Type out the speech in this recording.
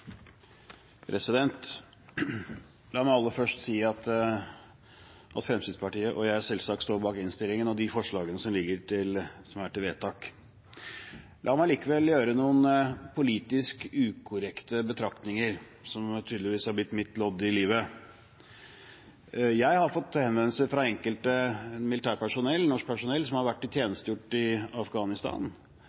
La meg aller først si at Fremskrittspartiet og jeg selvsagt står bak innstillingen og forslagene til vedtak. La meg likevel gjøre noen politisk ukorrekte betraktninger – som tydeligvis har blitt mitt lodd i livet. Jeg har fått henvendelser fra norsk militært personell som har tjenestegjort i Afghanistan, som ikke nødvendigvis har vært helt enig i